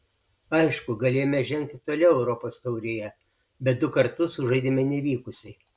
aišku galėjome žengti toliau europos taurėje bet du kartus sužaidėme nevykusiai